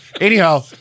Anyhow